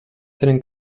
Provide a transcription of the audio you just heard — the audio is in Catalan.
tenen